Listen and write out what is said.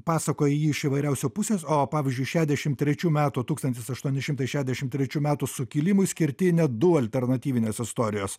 pasakoja ji iš įvairiausių pusės o pavyzdžiui šešdešim trečių metų tūkstantis aštuoni šimtai šešdešim trečių metų sukilimui skirti net du alternatyvinės istorijos